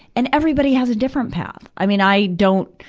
and everybody has a different path. i mean, i don't,